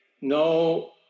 no